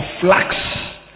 flax